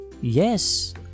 Yes